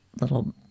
little